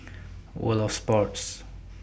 World of Sports